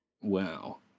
Wow